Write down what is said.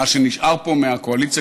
מה שנשאר מהקואליציה,